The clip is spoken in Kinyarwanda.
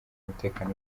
umutekano